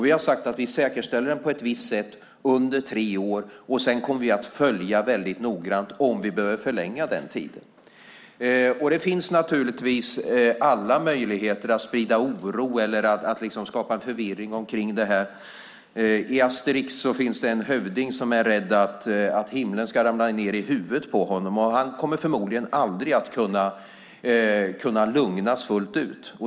Vi har sagt att vi säkerställer den på ett visst sätt under tre år, och sedan kommer vi att följa det hela noggrant för att se om vi behöver förlänga den tiden. Det finns naturligtvis alla möjligheter att sprida oro eller att skapa förvirring omkring detta. I Asterixserien finns en hövding som är rädd att himlen ska ramla ned i huvudet på honom. Han kommer förmodligen aldrig att kunna lugnas fullt ut.